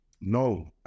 No